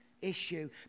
issue